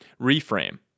Reframe